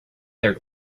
their